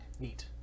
Neat